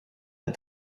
but